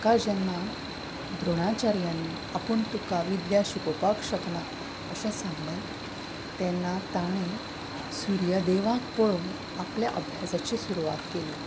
ताका जेन्ना दोण्राचार्य आपूण तुका विद्या शिकोवपाक शकना अशें सांगलें तेन्ना ताणें सुर्यदेवाक पळोवन आपल्या अभ्यासाची सुरवात केली